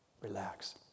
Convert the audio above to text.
Relax